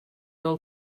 del